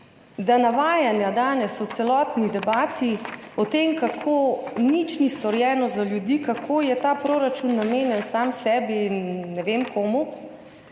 navajanja v celotni debati o tem, kako nič ni storjeno za ljudi, kako je ta proračun namenjen sam sebi in ne vem komu,